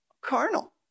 carnal